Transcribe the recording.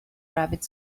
rabbit